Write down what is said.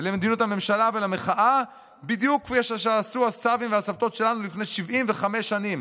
למדיניות הממשלה ומחאה בדיוק כפי שעשו הסבים והסבתות שלנו לפני 75 שנים.